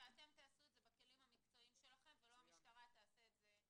על מנת שאתם תעשו זאת בכלים המקצועיים שלכם ולא המשטרה תעשה את זה.